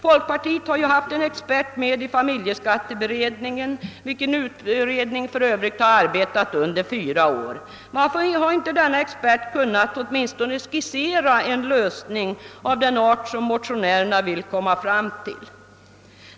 Folkpartiet har haft en expert med i familjeskatteberedningen, vilken utred ning för övrigt har arbetat under fyra år. Varför har inte denna expert kunnat åtminstone skissera en lösning av den art som motionärerna vill komma fram till?